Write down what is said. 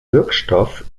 wirkstoff